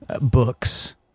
books